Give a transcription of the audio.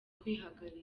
kwihagarika